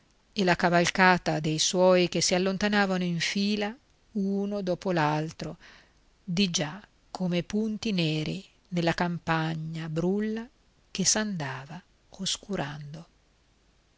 e la cavalcata dei suoi che si allontanavano in fila uno dopo l'altro di già come punti neri nella campagna brulla che s'andava oscurando